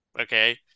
okay